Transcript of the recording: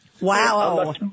Wow